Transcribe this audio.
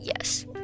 yes